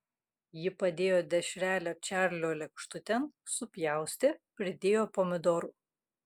ji padėjo dešrelę čarlio lėkštutėn supjaustė pridėjo pomidorų